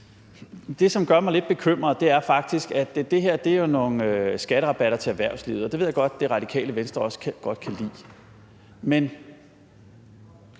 Det, som gør mig lidt bekymret, er faktisk, at det her jo er nogle skatterabatter til erhvervslivet, og det ved jeg godt at Det Radikale Venstre også godt kan lide,